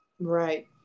Right